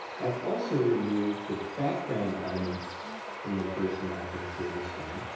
i've also removed the background elements from the first map in kyrgyzstan,